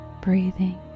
breathing